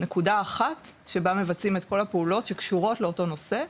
נקודה אחת שבה מבצעים את כל הפעולות שקשורות לאותו נושא,